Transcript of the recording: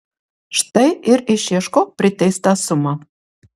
štai ir išieškok priteistą sumą